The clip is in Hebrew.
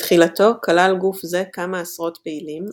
בתחילתו כלל גוף זה כמה עשרות פעילים,